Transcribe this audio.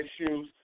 issues